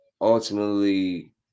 Ultimately